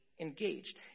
Engaged